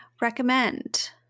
Recommend